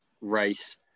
race